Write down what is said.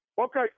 Okay